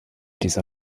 dieser